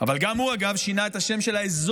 אבל הוא, אגב, שינה גם את השם של האזור,